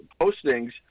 postings